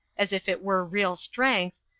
as if it were real strength,